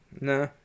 Nah